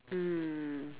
mm